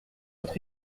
autre